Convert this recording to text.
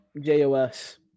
JOS